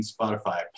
Spotify